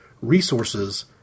resources